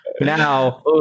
Now